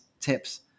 tips